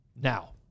Now